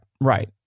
right